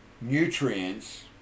nutrients